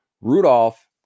Rudolph